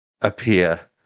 appear